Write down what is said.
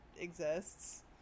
exists